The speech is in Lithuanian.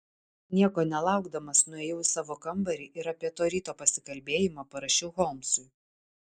nieko nelaukdamas nuėjau į savo kambarį ir apie to ryto pasikalbėjimą parašiau holmsui